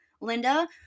Linda